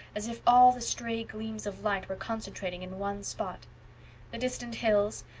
as if all the stray gleams of light were concentrating in one spot the distant hills,